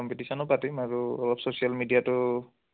কম্পিটিশ্যনো পাতিম আৰু অলপ ছ'চিয়েল মিডিয়াটো